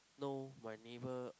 know my neighbour